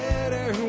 Better